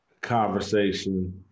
conversation